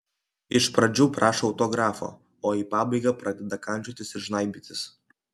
iš pradžių prašo autografo o į pabaigą pradeda kandžiotis ir žnaibytis